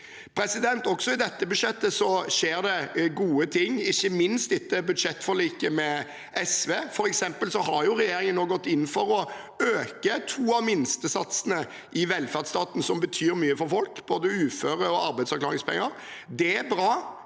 2024 989 Også i dette budsjettet skjer det gode ting, ikke minst etter budsjettforliket med SV. For eksempel har regjeringen nå gått inn for å øke to av minstesatsene i velferdsstatens ytelser som betyr mye for folk, både uføretrygd og arbeidsavklaringspenger. Det er